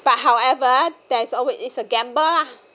but however there is always it's a gamble lah